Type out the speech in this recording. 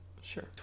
Sure